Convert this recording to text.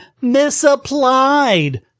misapplied